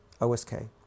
OSK